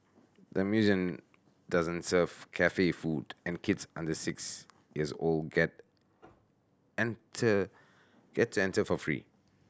the museum doesn't serve cafe food and kids under six years old get enter get enter for free